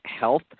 health